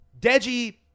Deji